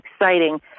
exciting